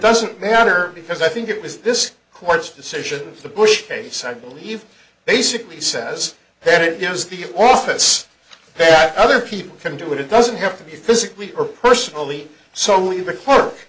doesn't matter because i think it was this court's decision the bush case i believe basically says that it is the office that other people can do it it doesn't have to be physically or personally so